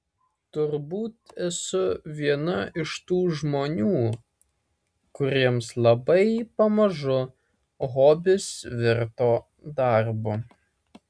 turbūt esu viena iš tų žmonių kuriems labai pamažu hobis virto darbu